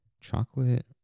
Chocolate